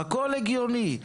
הכול הגיוני.